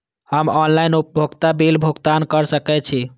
हम ऑनलाइन उपभोगता बिल भुगतान कर सकैछी?